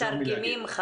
קמפיין לא מתרגמים.